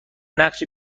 نقش